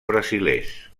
brasilers